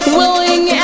willing